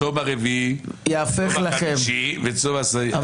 "צום הרביעי וצום החמישי --- וצום העשירי" --- ייהפך לכם.